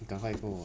刚快通